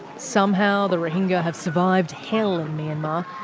somehow, the rohingya have survived hell in myanmar.